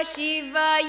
Shiva